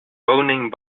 woning